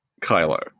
Kylo